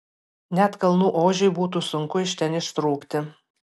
net kalnų ožiui būtų sunku iš ten ištrūkti